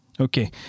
okay